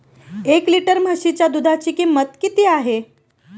एक लिटर म्हशीच्या दुधाची किंमत किती आहे?